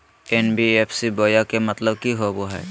NBFC बोया के मतलब कि होवे हय?